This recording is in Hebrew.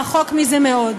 רחוק מזה מאוד.